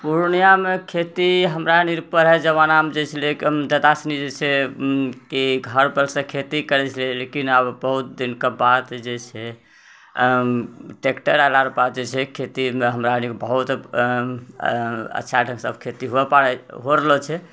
पूर्णिया मे खेती हमरा निरुपा राय जमाना मे जे छलै दादा सुनी जे छै की घर पर सँ खेती करै छलै लेकिन आब बहुत दिन के बाद जे छै टेक्टर अयला के बाद जे छै खेती हमरा यानी बहुत अच्छा ढंग सँ खेती हो पाय हो रहलो छै